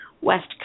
West